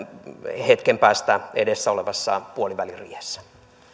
hetken päästä edessä olevassa puoliväliriihessä